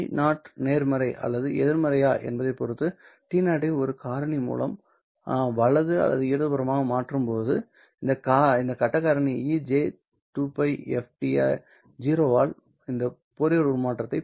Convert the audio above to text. t0 நேர்மறை அல்லது எதிர்மறையா என்பதைப் பொறுத்து t0 ஐ ஒரு காரணி மூலம் வலது அல்லது இடதுபுறமாக மாற்றும்போது இந்த கட்ட காரணி e j2πft 0 ஆல் இந்த ஃபோரியர் உருமாற்றத்தை பெருக்க S சமமாக இருக்கும்